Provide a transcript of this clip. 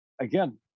again